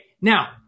Now